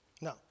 No